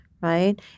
right